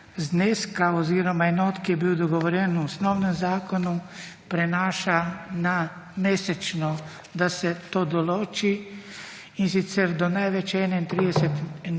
zneska oziroma enot, ki je bil dogovorjen v osnovnem zakonu prenaša na mesečno, da se to določi in sicer do največ 31